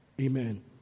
Amen